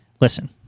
listen